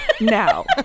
now